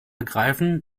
ergreifen